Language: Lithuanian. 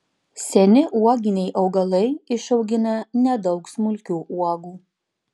seni uoginiai augalai išaugina nedaug smulkių uogų